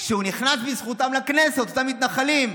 שהוא נכנס בזכותם לכנסת, אותם מתנחלים.